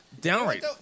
downright